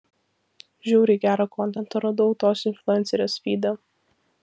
žiauriai gerą kontentą radau tos influencerės fyde